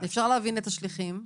אפשר להבין את השליחים,